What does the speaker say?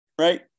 right